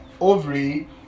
ovary